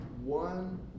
one